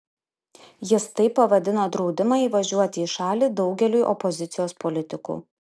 jis taip pavadino draudimą įvažiuoti į šalį daugeliui opozicijos politikų